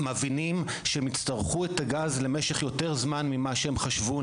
הם מבינים שהם יצטרכו את הגז למשך יותר זמן ממה שהם חשבו.